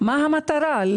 מה המטרה?